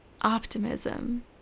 optimism